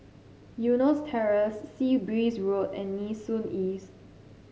Eunos Terrace Sea Breeze Road and Nee Soon East